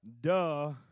Duh